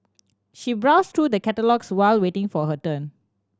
she browsed through the catalogues while waiting for her turn